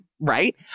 Right